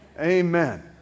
Amen